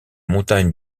montagnes